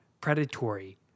predatory